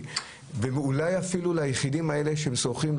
ואולי אפילו ליחידים האלה שהם סורחים,